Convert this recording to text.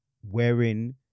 wherein